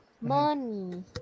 money